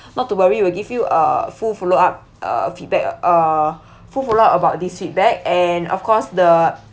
not to worry we'll give you a full follow up uh feedback uh full follow up about this feedback and of course the